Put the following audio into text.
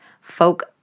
folk